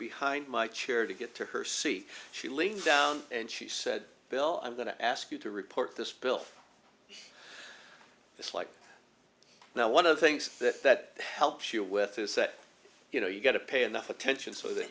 behind my chair to get to her seat she leaned down and she said bill i'm going to ask you to report this bill it's like now one of the things that that helps you with is that you know you've got to pay enough attention so that